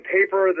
paper